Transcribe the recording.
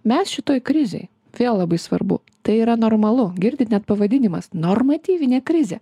mes šitoj krizėj vėl labai svarbu tai yra normalu girdit net pavadinimas normatyvinė krizė